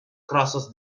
crosses